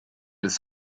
ist